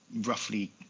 roughly